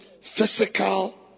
physical